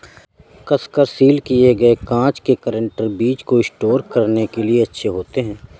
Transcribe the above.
कसकर सील किए गए कांच के कंटेनर बीज को स्टोर करने के लिए अच्छे होते हैं